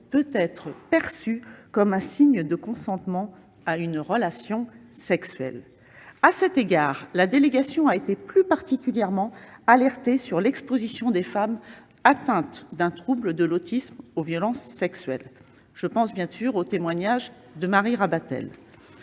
peut être « perçue comme un signe de consentement à une relation sexuelle ». À cet égard, la délégation aux droits des femmes a été plus particulièrement alertée sur l'exposition des femmes atteintes d'un trouble de l'autisme aux violences sexuelles. Je pense, bien sûr, au témoignage de Mme Marie Rabatel.